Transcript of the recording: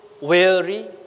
weary